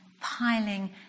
piling